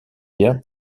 bien